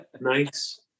Nice